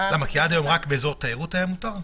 עד היום רק באזור תיירות היה מותר?